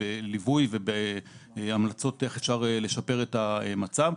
בליווי והמלצות איך אפשר לשפר את המצב.